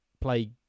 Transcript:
play